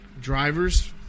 drivers